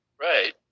Right